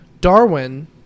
Darwin